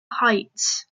heights